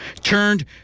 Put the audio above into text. turned